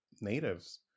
natives